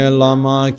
lama